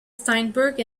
steinberg